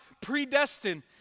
predestined